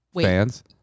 fans